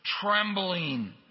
trembling